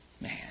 man